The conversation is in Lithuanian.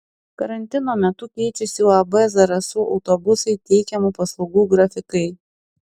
karantino metu keičiasi uab zarasų autobusai teikiamų paslaugų grafikai